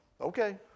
Okay